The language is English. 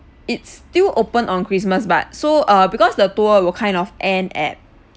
it's still open on christmas but so uh because the tour will kind of end at